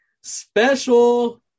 special